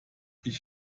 ich